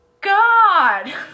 God